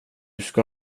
ska